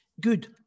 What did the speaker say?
good